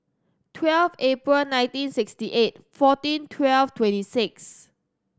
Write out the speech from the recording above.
twelve April nineteen sixty eight fourteen twelve twenty six